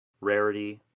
Rarity